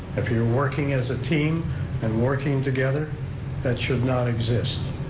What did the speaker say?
if you're working as a team and working together that should not exist.